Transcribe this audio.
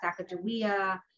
Sacagawea